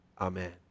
Amen